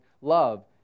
love